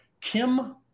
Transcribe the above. Kim